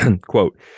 Quote